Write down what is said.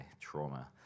trauma